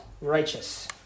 righteous